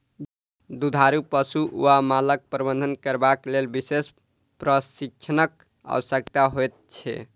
दुधारू पशु वा मालक प्रबंधन करबाक लेल विशेष प्रशिक्षणक आवश्यकता होइत छै